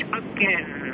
again